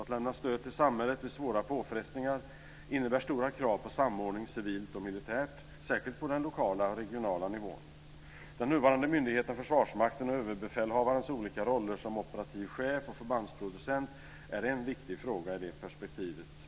Att lämna stöd till samhället vid svåra påfrestningar innebär stora krav på samordning civiltmilitärt särskilt på den lokala och regionala nivån. Den nuvarande myndigheten Försvarsmakten och överbefälhavarens olika roller som operativ chef och förbandsproducent är en viktig fråga i det perspektivet.